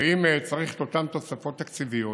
ואם צריך את אותן תוספות תקציביות,